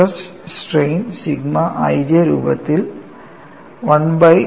stress strain sigma ij രൂപത്തിൽ 1 by r f തീറ്റയാണ്